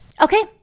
Okay